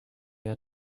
had